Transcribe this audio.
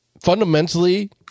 fundamentally